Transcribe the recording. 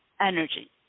energy